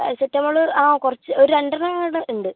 paracetamol ആ കുറച്ച് ഒര് രണ്ട് തവണ ഉണ്ട്